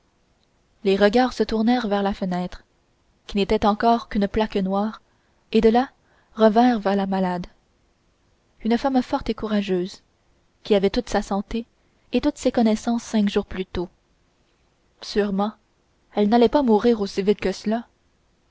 les regards se tournèrent vers la fenêtre qui n'était encore qu'une plaque noire et de là revinrent vers la malade une femme forte et courageuse qui avait toute sa santé et toute sa connaissance cinq jours plus tôt sûrement elle n'allait pas mourir aussi vite que cela